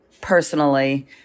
personally